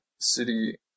City